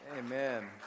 Amen